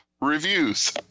Reviews